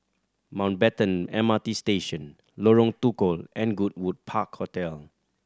Mountbatten M R T Station Lorong Tukol and Goodwood Park Hotel